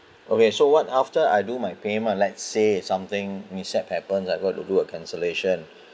okay so what after I do my payment let's say something news had happens I got to do a cancellation